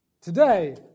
Today